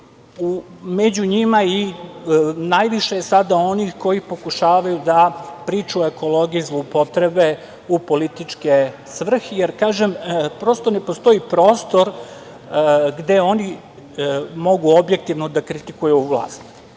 među njima najviše je sada onih koji pokušavaju da priču o ekologiji zloupotrebe u političke svrhe, jer kažem prosto ne postoji prostor gde oni mogu objektivno da kritikuju vlast.U